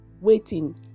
waiting